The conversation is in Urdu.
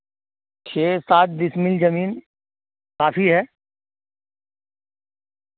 چھ سات بسمل زمین کافی ہے